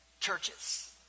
churches